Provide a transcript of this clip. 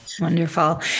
wonderful